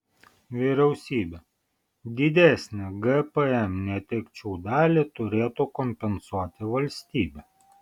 vyriausybė didesnę gpm netekčių dalį turėtų kompensuoti valstybė